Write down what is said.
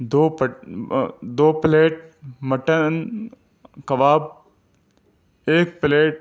دو پٹ دو plate mutton کباب ایک پلیٹ